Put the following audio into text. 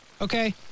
okay